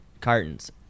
cartons